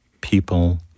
people